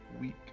week